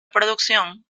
producción